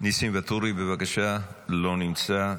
ניסים ואטורי, בבקשה, לא נמצא.